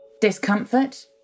Discomfort